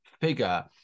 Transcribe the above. figure